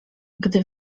gdy